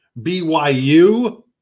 BYU